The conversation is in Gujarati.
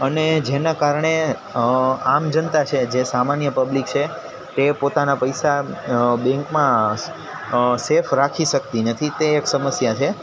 અને જેના કારણે આમ જનતા છે જે સામાન્ય પબ્લીક છે તે પોતાના પૈસા બેંકમાં સેફ રાખી શકતી નથી તે એક સમસ્યા છે